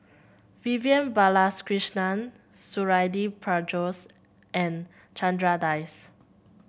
Vivian Balakrishnan Suradi Parjo's and Chandra Das